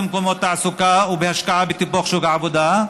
של מקומות תעסוקה ובהשקעה בטיפוח שוק העבודה,